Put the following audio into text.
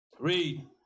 read